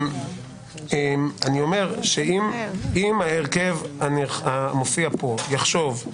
אם ההרכב המופיע פה יחשוב,